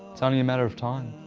it's only a matter of time.